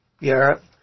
Europe